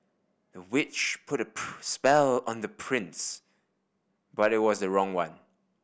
the witch put a spell on the prince but it was the wrong one